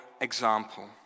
example